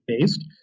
based